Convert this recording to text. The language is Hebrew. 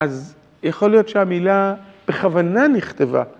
אז יכול להיות שהמילה בכוונה נכתבה.